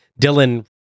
Dylan